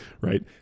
right